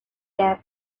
gap